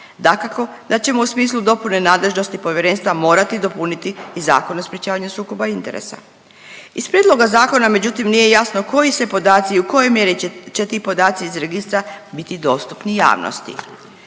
Dakako da ćemo u smislu dopune nadležnosti povjerenstva morati dopuniti i Zakon o sprječavanju sukoba interesa. Iz prijedloga zakona međutim nije jasno koji sve podaci i kome će ti podaci iz registra biti dostupni javnosti.